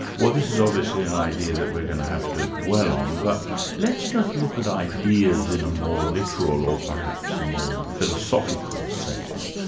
well this is obviously an idea that we're going to have to dwell on, but let's just look at ideas in a more literal, or perhaps more philosophical sense.